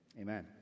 amen